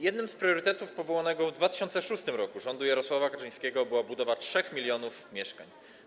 Jednym z priorytetów powołanego w 2006 r. rządu Jarosława Kaczyńskiego była budowa 3 mln mieszkań.